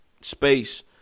space